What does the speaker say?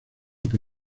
que